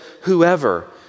whoever